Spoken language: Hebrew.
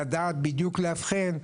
לדעת בדיוק לאבחן.